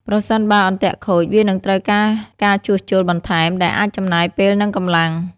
ប្រសិនបើអន្ទាក់ខូច វានឹងត្រូវការការជួសជុលបន្ថែម ដែលអាចចំណាយពេលនិងកម្លាំង។